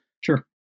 Sure